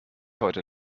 heute